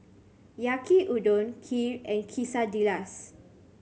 Yaki Udon Kheer and Quesadillas